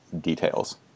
details